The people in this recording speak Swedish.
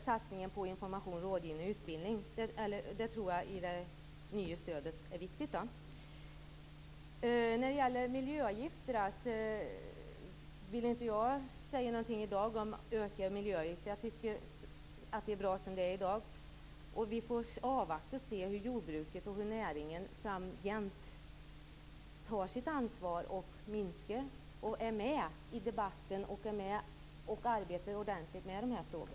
Satsningen på information, rådgivning och utbildning i det nya stödet tror jag är viktigt. Jag vill inte säga någonting om ökade miljöavgifter. Jag tycker att det är bra som det är i dag. Vi får avvakta och se hur jordbruket och näringen framgent tar sitt ansvar och om man är med i debatten och arbetar ordentligt med dessa frågor.